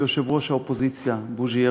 יושב-ראש האופוזיציה בוז'י הרצוג,